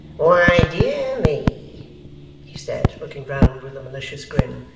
why dear me he said looking round with a malicious grin,